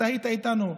אתה היית איתנו.